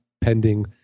pending